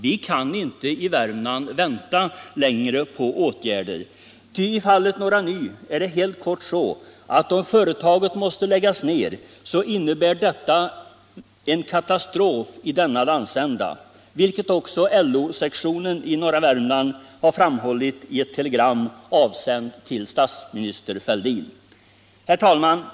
Vi i Värmland kan inte vänta längre på åtgärder. I fallet Norra Ny är det kort sagt så, att om företaget måste läggas ner innebär detta en katastrof i den landsändan, vilket också LO-sektionen i norra Värmland har framhållit i ett telegram, avsänt till statsminister Fälldin. Herr talman!